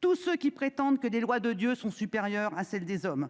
tous ceux qui prétendent que des lois de Dieu sont supérieures à celles des hommes,